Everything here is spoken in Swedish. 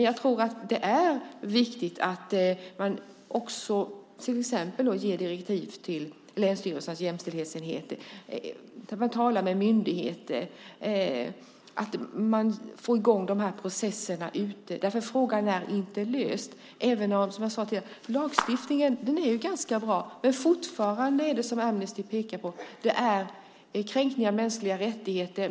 Jag tror också att det är viktigt att man till exempel ger direktiv till länsstyrelsernas jämställdhetsenheter, talar med myndigheter och får i gång de här processerna ute, för frågan är inte löst. Som jag sade tidigare är lagstiftningen ganska bra, men fortfarande sker det, som Amnesty pekar på, kränkningar av mänskliga rättigheter.